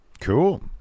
Cool